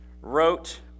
wrote